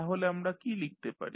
তাহলে আমরা কী লিখতে পারি